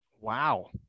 Wow